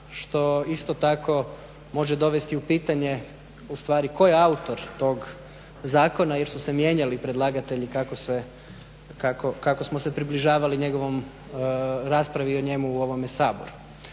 što isto tako može dovesti u pitanje ustvari tko je autor tog zakona jer su se mijenjali predlagatelji kako smo se približavali raspravi o njemu u ovome Saboru.